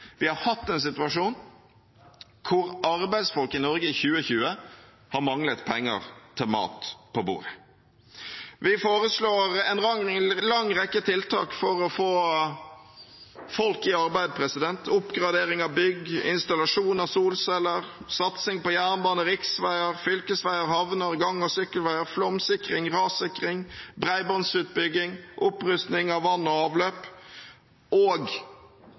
Vi har hatt en situasjon der arbeidsfolk i Norge i 2020 har manglet penger til mat på bordet. Vi foreslår en lang rekke tiltak for å få folk i arbeid: oppgradering av bygg, installasjon av solceller, satsing på jernbane, riksveier, fylkesveier, havner og gang- og sykkelveier, flomsikring og rassikring, bredbåndsutbygging, opprusting av vann og avløp og